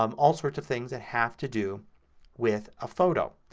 um all sorts of things that have to do with a photo.